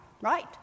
Right